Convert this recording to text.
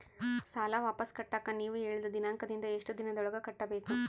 ಸಾಲ ವಾಪಸ್ ಕಟ್ಟಕ ನೇವು ಹೇಳಿದ ದಿನಾಂಕದಿಂದ ಎಷ್ಟು ದಿನದೊಳಗ ಕಟ್ಟಬೇಕು?